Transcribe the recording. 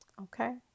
Okay